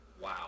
Wow